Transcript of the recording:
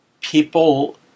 people